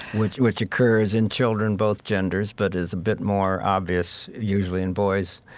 which which occurs in children both genders, but is a bit more obvious usually in boys.